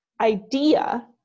idea